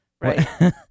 right